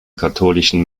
katholischen